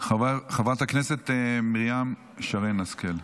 חברת הכנסת שרן מרים השכל.